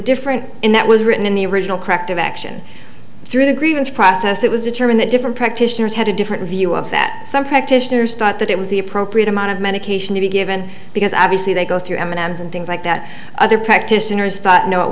different and that was written in the original corrective action through the grievance process it was determined that different practitioners had a different view of that some practitioners thought that it was the appropriate amount of medication to be given because obviously they go through m and m's and things like that other practitioners thought no it